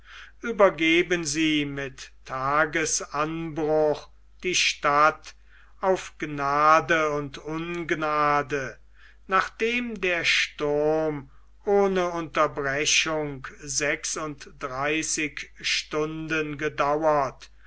übergeben sie mit tagesanbruch die stadt auf gnade und ungnade nachdem der sturm ohne unterbrechung sechsunddreißig stunden gedauert